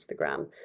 instagram